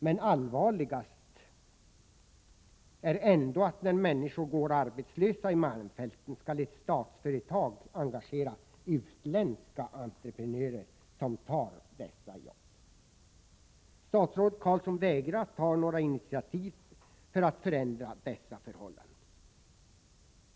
Men allvarligast är ändå att när människor går arbetslösa i malmfälten skall ett statsföretag engagera utländska entreprenörer som tar dessa jobb. Statsrådet Carlsson vägrar att ta några initiativ för att förändra dessa förhållanden.